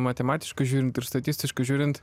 matematiškai žiūrint ir statistiškai žiūrint